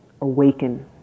awaken